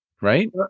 right